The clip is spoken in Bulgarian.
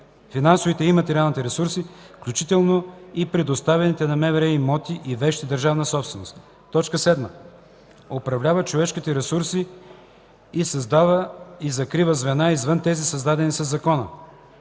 финансовите и материалните ресурси, включително и предоставените на МВР имоти и вещи – държавна собственост; 7. управлява човешките ресурси и създава, и закрива звена, извън тези, създадени със Закона;